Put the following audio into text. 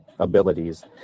abilities